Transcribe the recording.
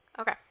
okay